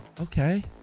Okay